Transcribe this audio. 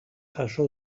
jaso